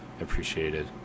appreciated